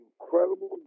incredible